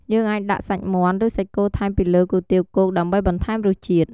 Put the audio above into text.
យើងអាចដាក់សាច់មាន់ ឬសាច់គោថែមពីលើគុយទាវគោកដើម្បីបន្ថែមរសជាតិ។